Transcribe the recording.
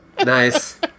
Nice